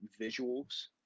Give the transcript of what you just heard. visuals